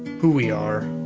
who we are,